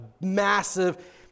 massive